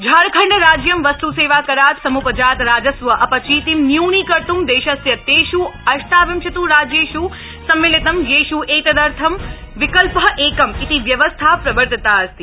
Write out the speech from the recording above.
झारखंड राज्यं वस्तु सेवा करात् समुद्धजात राजस्व अध्यचितिं न्यूनीकर्त् देशस्य तेष् अष्टाविंशति राज्येष् सम्मिलितम् येष् एतदर्थ विकल् एकम् इति व्यवस्था प्रवर्तिता अस्ति